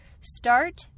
start